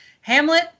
Hamlet